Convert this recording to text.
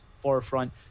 forefront